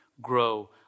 grow